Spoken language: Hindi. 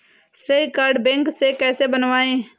श्रेय कार्ड बैंक से कैसे बनवाएं?